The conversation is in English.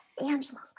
Angela